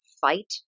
fight